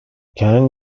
ken